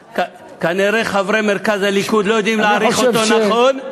שכנראה חברי מרכז הליכוד לא יודעים להעריך אותו נכון,